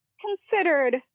considered